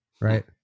Right